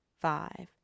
five